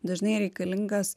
dažnai reikalingas